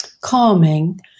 calming